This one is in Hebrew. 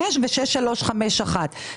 635 ו-6351.